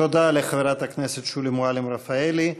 תודה לחברת הכנסת שולי מועלם-רפאלי.